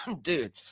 dude